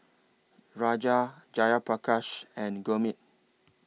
Raja Jayaprakash and Gurmeet